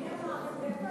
מי אמר את זה?